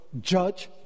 judge